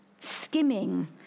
skimming